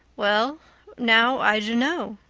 well now, i dunno,